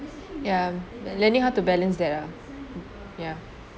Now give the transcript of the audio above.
ya learning how to balance that ah ya